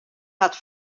hat